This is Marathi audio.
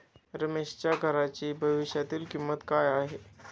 रमेशच्या घराची भविष्यातील किंमत काय आहे?